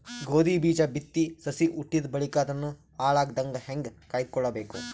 ಗೋಧಿ ಬೀಜ ಬಿತ್ತಿ ಸಸಿ ಹುಟ್ಟಿದ ಬಳಿಕ ಅದನ್ನು ಹಾಳಾಗದಂಗ ಹೇಂಗ ಕಾಯ್ದುಕೊಳಬೇಕು?